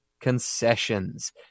concessions